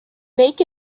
make